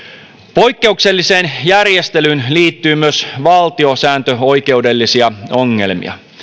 poikkeukselliseen järjestelyyn liittyy myös valtiosääntöoikeudellisia ongelmia